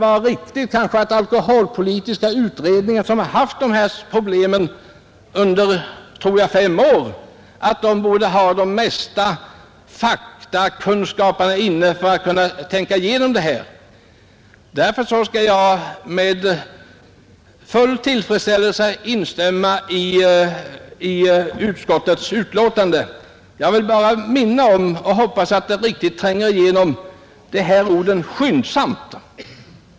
Alkoholpolitiska utredningen, som brottats med detta problem under fem år, bör nu ha tillgång till den sakkunskap som behövs för att tänka igenom frågan. Därför kan jag med full tillfredsställelse instämma i utskottets hemställan. Jag vill bara understryka ordet ”skyndsamt”.